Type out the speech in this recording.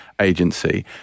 Agency